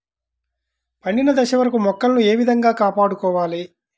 పండిన దశ వరకు మొక్కలను ఏ విధంగా కాపాడుకోవాలి?